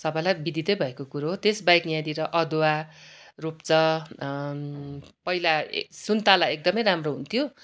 सबैलाई विदितै भएको कुरो हो त्यसबाहेक यहाँतिर अदुवा रोप्छ पहिला ए सुन्तला एकदमै राम्रो हुन्थ्यो